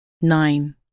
Nine